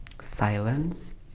silence